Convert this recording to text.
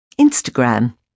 Instagram